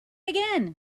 again